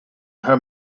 her